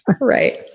Right